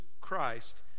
Christ